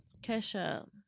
Kesha